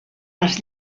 les